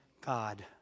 God